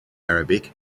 arabic